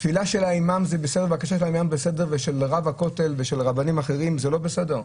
תפילה של האימאם זה בסדר ושל רב הכותל ושל רבנים אחרים זה לא בסדר?